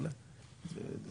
נכון מאוד.